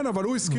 כן, הוא הסכים.